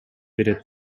берет